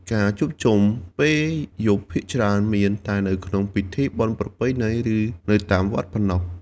ការជួបជុំពេលយប់ភាគច្រើនមានតែនៅក្នុងពិធីបុណ្យប្រពៃណី ឬនៅតាមវត្តប៉ុណ្ណោះ។